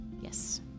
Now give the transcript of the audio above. Yes